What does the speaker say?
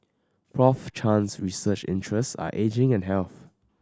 Prof Chan's research interests are ageing and health